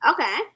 Okay